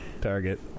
Target